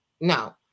No